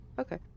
okay